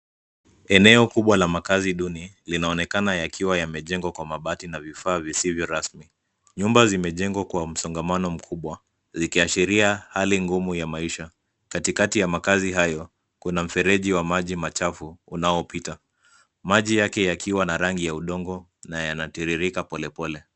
Eneo kubwa la makazi duni linaonekana yakiwa yamejengwa kwa mabati na vifaa visivyo rasmi. Nyumba zimejengwa kwa msongamano mkubwa zikiashiria hali ngumu ya maisha. Katikati ya makazi hayo kuna mfereji wa maji machafu unaopita, maji yake yakiwa na rangi ya udongo na yanatiririka pole pole.